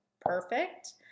perfect